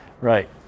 Right